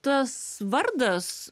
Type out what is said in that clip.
tas vardas